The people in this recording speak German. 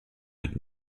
mit